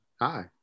hi